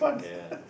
ya